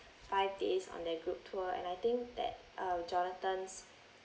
five days on the group tour and I think that uh jonathan's